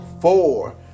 four